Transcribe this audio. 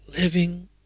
Living